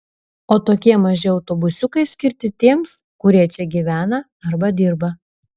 o tokie maži autobusiukai skirti tiems kurie čia gyvena arba dirba